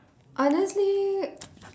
honestly